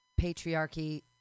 patriarchy